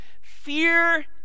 Fear